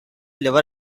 liver